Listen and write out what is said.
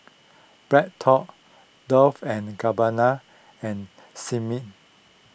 BreadTalk Dolce and Gabbana and